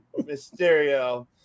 Mysterio